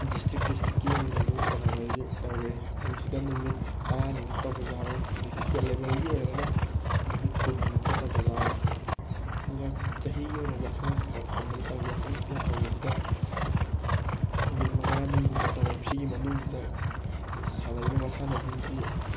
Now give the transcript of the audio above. district ꯗꯤꯁꯇ꯭ꯔꯤꯛꯀꯤ ꯑꯣꯏꯅꯁꯨ ꯇꯣꯔꯅꯥꯃꯦꯟꯁꯨ ꯇꯧꯋꯤ ꯑꯗꯣ ꯁꯤꯗ ꯅꯨꯃꯤꯠ ꯇꯔꯥꯅꯤꯃꯨꯛ ꯇꯧꯕꯁꯨ ꯌꯥꯎꯋꯤ ꯑꯗꯩ ꯏꯁꯇꯦꯠ ꯂꯦꯚꯦꯜꯒꯤ ꯑꯣꯏꯔꯒꯅ ꯅꯨꯃꯤꯠ ꯀꯨꯟꯅꯤꯃꯨꯛꯀ ꯇꯧꯕꯁꯨ ꯌꯥꯎꯋꯤ ꯑꯗꯨꯒ ꯆꯍꯤꯒꯤ ꯑꯣꯏꯅ ꯌꯥꯎꯁꯪ ꯏꯁꯄꯣꯔꯠꯀꯨꯝꯕꯁꯤ ꯇꯧꯋꯤ ꯌꯥꯎꯁꯪ ꯏꯁꯄꯣꯔꯠ ꯇꯧꯕꯁꯤꯗ ꯅꯨꯃꯤꯠ ꯃꯉꯥꯅꯤꯒꯨꯝꯕ ꯇꯧꯋꯦ ꯁꯤꯒꯤ ꯃꯅꯨꯡꯁꯤꯗ ꯁꯥꯟꯅꯔꯤꯕ ꯃꯁꯥꯟꯅꯁꯤꯡꯁꯤ